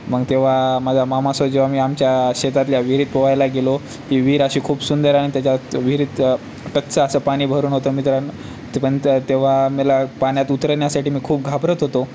मग तेव्हा माझ्या मामासो जेव्हा मी आमच्या शेतातल्या विहिरीत पोहायला गेलो ही विहीर अशी खूप सुंदर आणि त्याच्यात विहिरीत टच्च असं पाणी भरून होतं मित्रांनो ते पण तं तेव्हा मला पाण्यात उतरण्यासाठी मी खूप घाबरत होतो